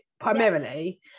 primarily